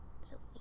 Sophie